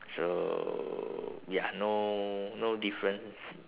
so ya no no difference